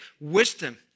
wisdom